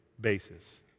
basis